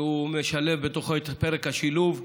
שמשולב בתוכו את פרק השילוב.